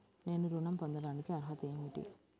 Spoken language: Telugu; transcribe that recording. నేను ఋణం పొందటానికి అర్హత ఏమిటి?